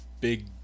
big